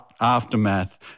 aftermath